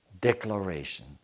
declaration